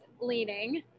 leaning